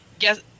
Yes